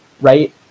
right